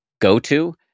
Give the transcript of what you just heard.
go-to